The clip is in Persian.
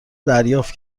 دریافت